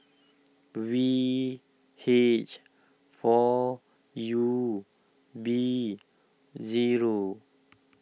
V H four U B zero